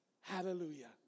Hallelujah